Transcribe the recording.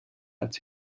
als